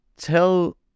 tell